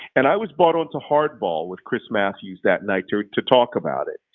and i was brought onto hardball with chris matthews that night to to talk about it,